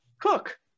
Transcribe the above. Cook